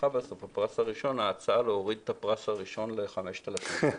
זכתה בפרס הראשון ההצעה להוריד את הפרס הראשון ל-5,000 שקל.